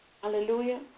Hallelujah